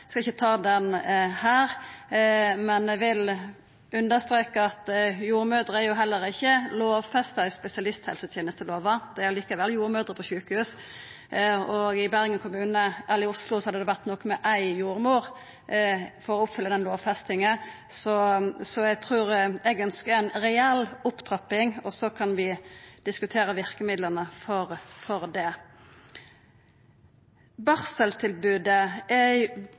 Eg skal ikkje ta han her, men eg vil understreka at jordmorteneste er jo heller ikkje lovfesta i spesialisthelsetenestelova – det er likevel jordmødrer i sjukehus. I Bergen kommune eller i Oslo hadde det vore nok med éi jordmor for å oppfylla ei slik lovfesting. Eg ønskjer ei reell opptrapping, og så kan vi diskutera verkemidla for ho. Om barseltilbodet: Når det er